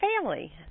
family